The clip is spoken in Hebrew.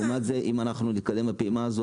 לעומת זאת אם אנחנו נתקדם בפעימה הזאת,